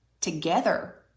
together